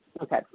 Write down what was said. okay